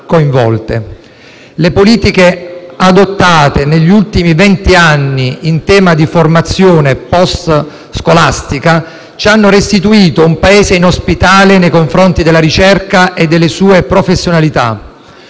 Le politiche adottate negli ultimi vent'anni in tema di formazione *post*-scolastica ci hanno restituito un Paese inospitale nei confronti della ricerca e delle sue professionalità.